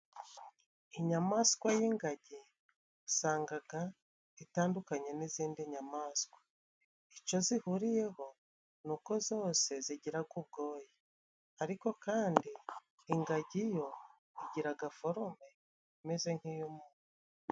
Inyamaswa y'ingagi usangaga itandukanye n'izindi nyamaswa .Ico zihuriyeho ni uko zose zigiraga ubwoya ariko kandi ingagi yo igiraga forume imeze nk'iy'umuntu.